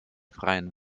freien